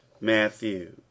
Matthew